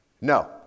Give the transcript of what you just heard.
No